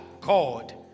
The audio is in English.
God